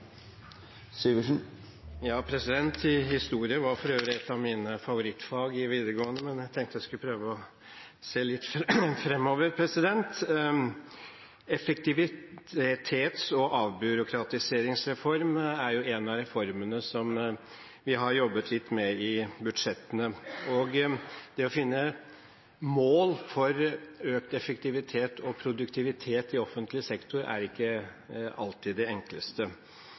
Historie var for øvrig et av mine favorittfag på videregående, men jeg tenkte jeg skulle prøve å se litt framover. Effektivitets- og avbyråkratiseringsreformen er en av reformene som vi har jobbet litt med i budsjettene, og det å finne mål for økt effektivitet og produktivitet i offentlig sektor er ikke alltid det enkleste.